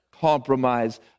compromise